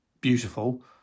beautiful